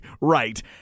right